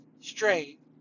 straight